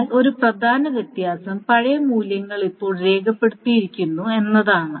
എന്നാൽ ഒരു പ്രധാന വ്യത്യാസം പഴയ മൂല്യങ്ങൾ ഇപ്പോൾ രേഖപ്പെടുത്തിയിരിക്കുന്നു എന്നതാണ്